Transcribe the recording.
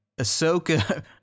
Ahsoka